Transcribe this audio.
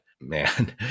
man